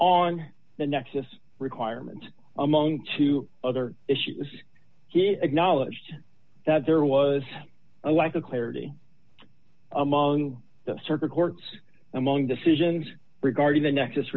on the nexus requirement among two other issues he acknowledged that there was a lack of clarity among the circuit courts among decisions regarding the next